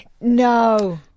No